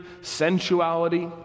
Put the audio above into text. sensuality